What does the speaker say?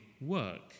work